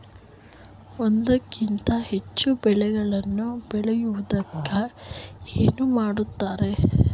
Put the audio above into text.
ಒಂದಕ್ಕಿಂತ ಹೆಚ್ಚು ಬೆಳೆಗಳನ್ನು ಬೆಳೆಯುವುದಕ್ಕೆ ಏನೆಂದು ಕರೆಯುತ್ತಾರೆ?